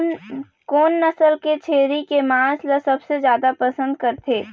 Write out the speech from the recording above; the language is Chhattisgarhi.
कोन नसल के छेरी के मांस ला सबले जादा पसंद करथे?